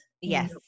yes